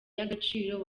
y’agaciro